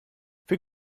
viel